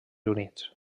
units